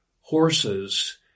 horses